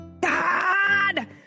God